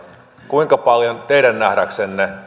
kuinka paljon teidän nähdäksenne